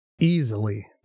easily